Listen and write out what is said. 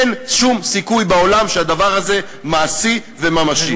אין שום סיכוי בעולם שהדבר הזה מעשי וממשי.